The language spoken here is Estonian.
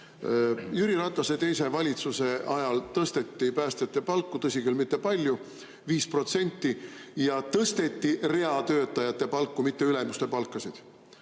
Jüri Ratase teise valitsuse ajal tõsteti päästjate palku – tõsi küll, mitte palju, 5% – ja tõsteti reatöötajate palku, mitte ülemuste palkasid.